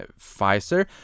Pfizer